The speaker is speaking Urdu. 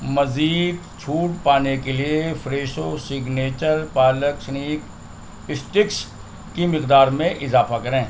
مزید چھوٹ پانے کے لیے Fresho signature palak snack sticks کی مقدار میں اضافہ کریں